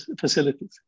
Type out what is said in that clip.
facilities